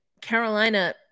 Carolina